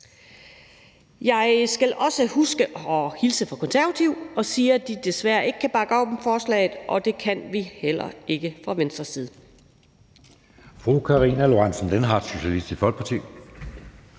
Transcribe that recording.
Jeg skal også huske at hilse fra Konservative og sige, at de desværre ikke kan bakke op om forslaget, og det kan vi heller ikke fra Venstres side.